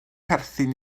perthyn